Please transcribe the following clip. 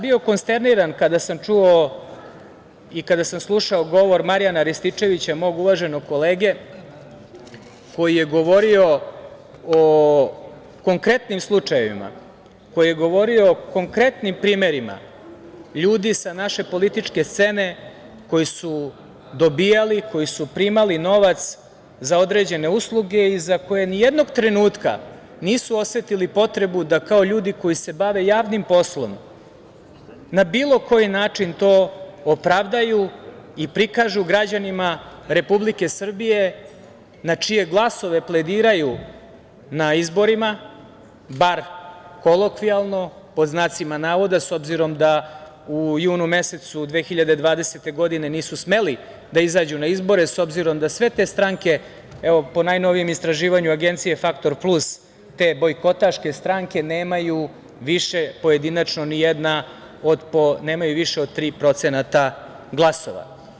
Bio sam konsterniran kada sam čuo i kada sam slušao govor Marijana Rističevića, mog uvaženog kolege, koji je govorio o konkretnim slučajevima, koji je govorio o konkretnim primerima ljudi sa naše političke scene koji su dobijali, koji su primali novac za određene usluge i koji nijednog trenutka nisu osetili potrebu da, kao ljudi koji se bave javnim poslom, na bilo koji način to opravdaju i prikažu građanima Republike Srbije na čije glasove plediraju na izborima, bar kolokvijalno, pod znacima navoda, s obzirom da u junu mesecu 2020. godine nisu smeli da izađu na izbore, s obzirom da sve te stranke, po najnovijem istraživanju agencije „Faktor plus“, te bojkotaške stranke nemaju više, pojedinačno nijedna, od tri procenta glasova.